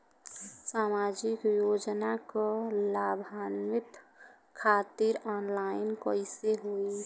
सामाजिक योजना क लाभान्वित खातिर ऑनलाइन कईसे होई?